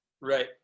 right